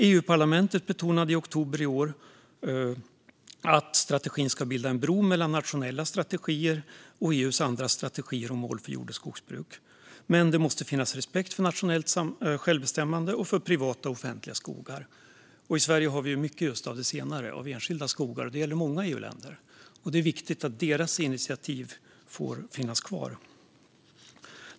EU-parlamentet betonade i oktober i år att strategin ska bilda en bro mellan nationella strategier och EU:s andra strategier och mål för jord och skogsbruk. Det måste finnas respekt för nationellt självbestämmande och för privata och offentliga skogar. I Sverige har vi ju mycket av enskilda skogar, och detta gäller många EU-länder. Det är viktigt att deras initiativ får finnas kvar.